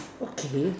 okay